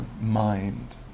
mind